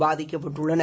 பாதிக்கப்பட்டுள்ளனர்